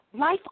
life